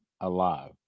alive